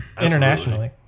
internationally